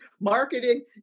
Marketing